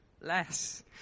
less